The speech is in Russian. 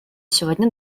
сегодня